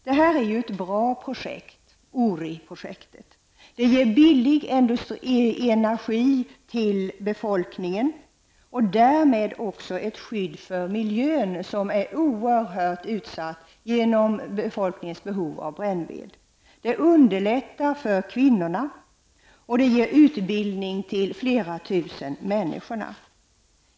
Uriprojektet är ett bra projekt och ger billig energi till befolkningen och därmed också ett skydd för miljön som ju är oerhört utsatt genom befolkningens behov av brännved. Det underlättar för kvinnorna och ger utbildning till flera tusen människor.